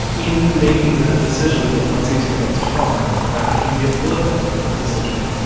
in making that decision of what's easy and what's hard, that can be a political decision.